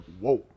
whoa